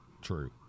True